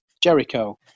Jericho